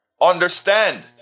Understand